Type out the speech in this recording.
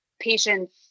patient's